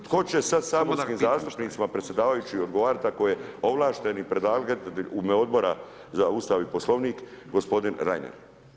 Tko će sada saborskim zastupnicima predsjedavajući odgovarati ako je ovlašteni predlagatelj u ime Odbora za Ustav i Poslovnik gospodin Reiner?